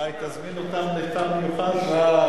אולי תזמין אותם לתא מיוחד.